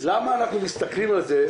למה אנחנו מסתכלים על זה,